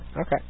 Okay